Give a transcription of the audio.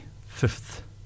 fifth